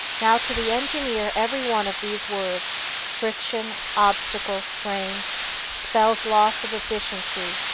now, to the engineer every one of these words friction, obstacle, strain spells loss of efficiency,